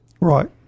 Right